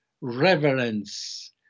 reverence